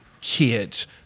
Kids